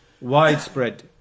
widespread